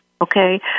okay